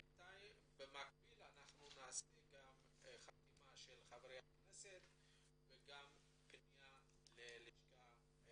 במקביל אנחנו נארגן חתימות של חברי כנסת ופניה ללפ"מ.